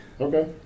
Okay